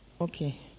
Okay